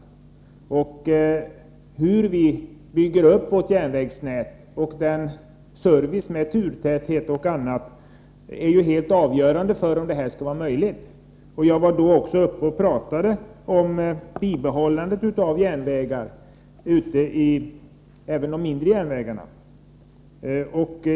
Vad som är helt avgörande för om denna övergång är möjlig är hur vi bygger upp vårt järnvägsnät och vilken service — med turtäthet och annat — som vi erbjuder. I den förra debatten talade jag om bibehållande av järnvägar, även de mindre bandelarna.